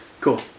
Cool